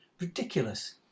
Ridiculous